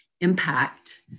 impact